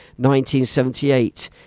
1978